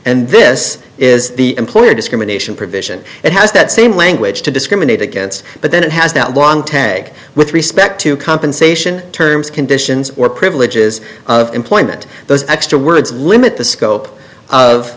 and this is the employer discrimination provision that has that same language to discriminate against but then it has now long tagged with respect to compensation terms conditions or privileges of employment those extra words limit the scope of